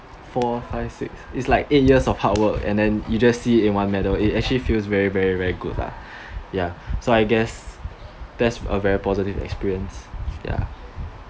four five six is like eight years of hard work and then you just see in one medal it actually feels very very very good lah ya so I guess that's a very positive experience ya